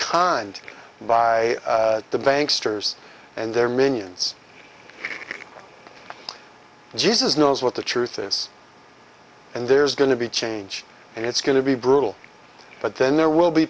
conned by the banks toure's and their minions jesus knows what the truth is and there's going to be change and it's going to be brutal but then there will be